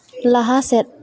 ᱞᱟᱦᱟ ᱥᱮᱫ